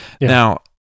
Now